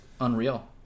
unreal